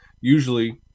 usually